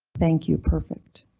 thank you perfect.